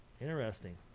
Interesting